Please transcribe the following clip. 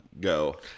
Go